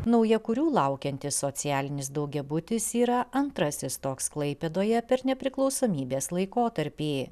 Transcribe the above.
naujakurių laukiantis socialinis daugiabutis yra antrasis toks klaipėdoje per nepriklausomybės laikotarpį